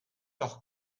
doch